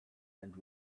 and